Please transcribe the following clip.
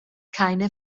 keine